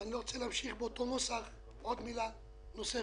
ואני לא רוצה להמשיך באותו נוסח ולהגיד עוד מילים נוספות,